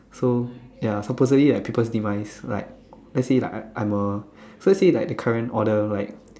so ya supposedly like people demise like let's say like I I'm a so let's say like the current order like